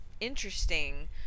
interesting